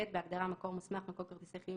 לעניין הנפקת כרטיס החיוב,